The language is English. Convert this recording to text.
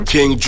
King